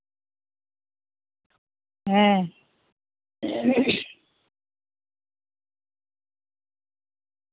ᱦᱮᱸ